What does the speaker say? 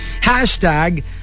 Hashtag